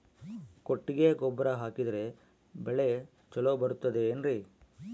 ಕೊಟ್ಟಿಗೆ ಗೊಬ್ಬರ ಹಾಕಿದರೆ ಬೆಳೆ ಚೊಲೊ ಬರುತ್ತದೆ ಏನ್ರಿ?